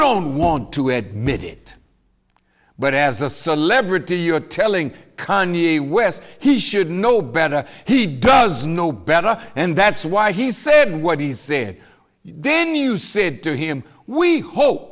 don't want to admit it but as a celebrity you're telling kanye west he should know better he does know better and that's why he said what he said then you said to him we hope